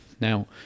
Now